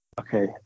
Okay